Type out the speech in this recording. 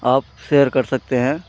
आप शेयर कर सकते हैं